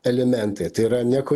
elementai tai yra nieko